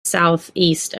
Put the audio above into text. southeast